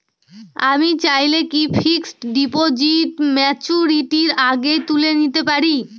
আমি চাইলে কি ফিক্সড ডিপোজিট ম্যাচুরিটির আগেই তুলে নিতে পারি?